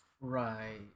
Right